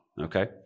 Okay